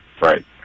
right